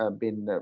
ah been. ah